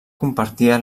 compartia